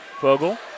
Fogle